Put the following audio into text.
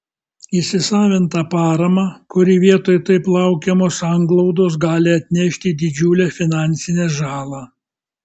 įsisavintą paramą kuri vietoj taip laukiamos sanglaudos gali atnešti didžiulę finansinę žalą